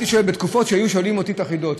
בתקופות שהיו שואלים אותי חידות,